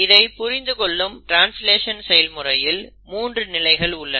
இதை புரிந்து கொள்ளும் ட்ரான்ஸ்லேஷன் செயல்முறையில் 3 நிலைகள் உள்ளன